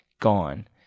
gone